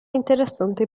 interessante